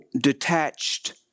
detached